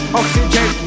oxygen